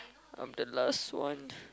I'm the last one